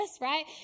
right